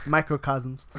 Microcosms